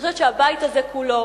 אני חושבת שהבית הזה כולו,